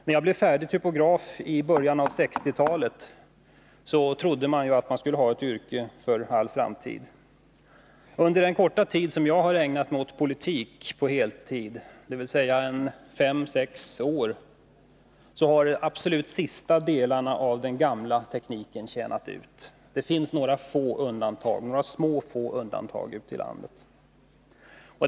När jag blev färdig typografi början av 1960-talet trodde jag att jag skulle ha ett yrke för all framtid. Under den korta tid jag har ägnat mig åt politik på heltid, dvs. fem sex år, har de absolut sista delarna av den gamla tekniken tjänat ut; det finns några små och få undantag ute i landet.